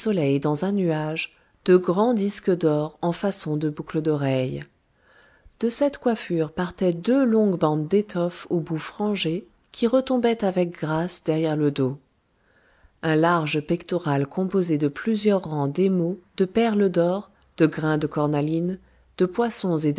dans un nuage de grands disques d'or en façon de boucles d'oreilles de cette coiffure partaient deux longues bandes d'étoffe aux bouts frangés qui retombaient avec grâce derrière le dos un large pectoral composé de plusieurs rangs d'émaux de perles d'or de grains de cornaline de poissons